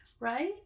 right